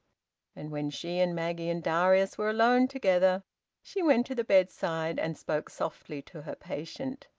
and when she and maggie and darius were alone together she went to the bedside and spoke softly to her patient.